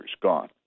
gone